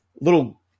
little